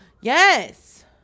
Yes